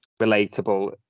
relatable